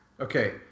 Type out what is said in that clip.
Okay